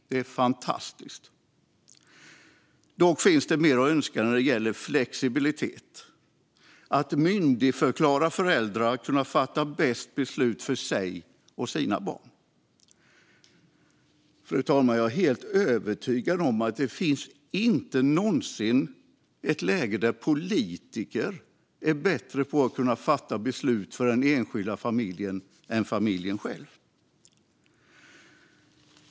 Det är fantastiskt. Dock finns det mer att önska när det gäller flexibilitet och när det gäller att myndigförklara föräldrar i fråga om att de kan fatta bäst beslut för sig och sina barn. Fru talman! Jag är helt övertygad om att det inte finns något läge då politiker är bättre på att fatta beslut för den enskilda familjen än familjen själv.